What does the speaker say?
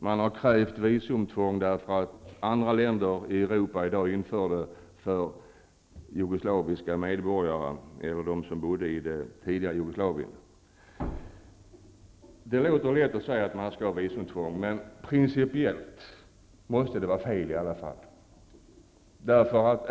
Man har krävt visumtvång därför att andra länder i Europa i dag infört visumtvång för jugoslaviska medborgare -- eller för dem som bodde i det tidigare Jugoslavien. Det är lätt att säga att man skall ha visumtvång, men principiellt måste det i alla fall vara fel.